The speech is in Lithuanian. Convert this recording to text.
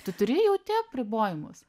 tu turi jauti apribojimus